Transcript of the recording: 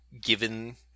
given